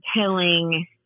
telling